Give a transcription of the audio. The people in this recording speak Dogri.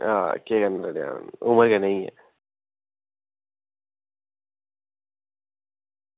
आं केह् करना टैम उ'नें ताहीं गै